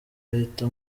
leta